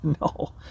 No